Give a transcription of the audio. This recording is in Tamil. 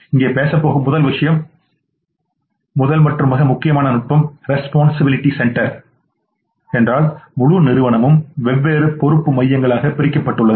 இங்கே நாம் பேசப்போகும் முதல் விஷயம் முதல் மற்றும் மிக முக்கியமான நுட்பம் ரெஸ்பான்சிபிலிட்டி சென்டர் என்றால் முழு நிறுவனமும் வெவ்வேறு பொறுப்பு மையங்களாக பிரிக்கப்பட்டுள்ளது